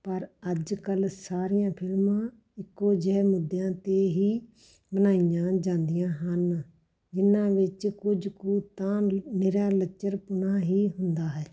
ਪਰ ਅੱਜ ਕੱਲ੍ਹ ਸਾਰੀਆਂ ਫਿਲਮਾਂ ਇੱਕੋ ਜਿਹੇ ਮੁੱਦਿਆਂ 'ਤੇ ਹੀ ਬਣਾਈਆਂ ਜਾਂਦੀਆਂ ਹਨ ਜਿਨ੍ਹਾਂ ਵਿੱਚ ਕੁਝ ਕੁ ਤਾਂ ਨਿਰਾ ਲੱਚਰਪੁਣਾ ਹੀ ਹੁੰਦਾ ਹੈ